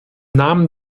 namen